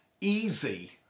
easy